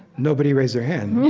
nobody raised their hands.